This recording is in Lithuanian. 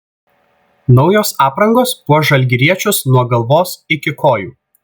naujos aprangos puoš žalgiriečius nuo galvos iki kojų